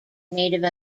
native